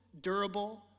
durable